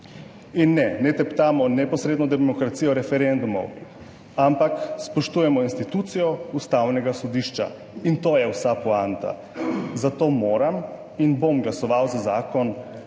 In ne. Ne teptamo neposredno demokracijo referendumov, ampak spoštujemo institucijo Ustavnega sodišča in to je vsa poanta, zato moram in bom glasoval za zakon,